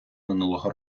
минулого